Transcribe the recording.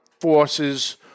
forces